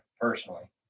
personally